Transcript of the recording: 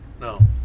no